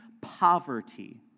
poverty